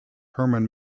herman